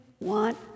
want